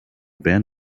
van